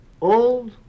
old